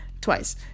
twice